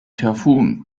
taifun